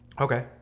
Okay